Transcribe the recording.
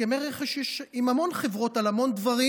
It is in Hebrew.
הסכמי רכש יש עם המון חברות על המון דברים,